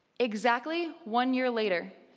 exactly one year later,